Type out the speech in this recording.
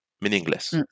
meaningless